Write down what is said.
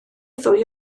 ddwy